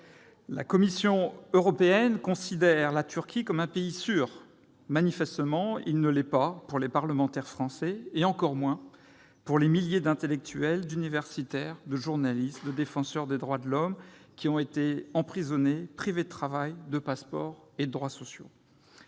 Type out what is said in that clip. La Commission européenne considère la Turquie comme un « pays sûr ». Manifestement, il ne l'est pas pour les parlementaires français, et encore moins pour les milliers d'intellectuels, d'universitaires, de journalistes et de défenseurs des droits de l'homme qui y ont été emprisonnés ou privés de travail, de passeport et de droits sociaux.